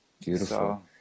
Beautiful